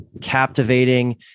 captivating